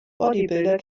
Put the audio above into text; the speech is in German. bodybuilder